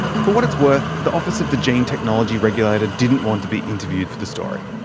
for what it's worth, the office of the gene technology regulator didn't want to be interviewed for the story.